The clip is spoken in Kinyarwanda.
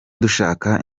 dushaka